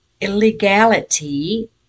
illegality